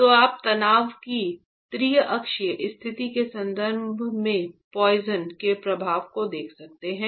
तो आप तनाव की त्रिअक्षीय स्थिति के संबंध में पॉइसन के प्रभाव को देख रहे हैं